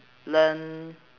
learn